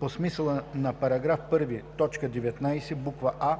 по смисъла на § 1, т. 19, буква